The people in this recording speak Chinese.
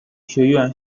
学院